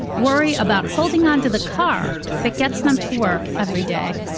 worry about holding onto the car that gets them to work every day.